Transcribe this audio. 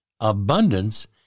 abundance